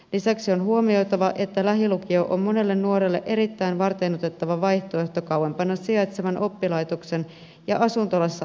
lisäksi on huomioitava että lähilukio on monelle nuorelle erittäin varteenotettava vaihtoehto kauempana sijaitsevan oppilaitoksen ja asuntolassa asumisen sijaan